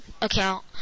account